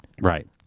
Right